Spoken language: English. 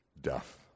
Death